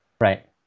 Right